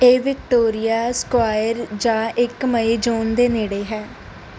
ਇਹ Victoria Square ਜਾਂ ਇੱਕ ਮਾਈ ਜੋਨ ਦੇ ਨੇੜੇ ਹੈ